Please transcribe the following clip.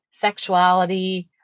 sexuality